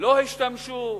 לא השתמשו,